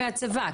מהצבא.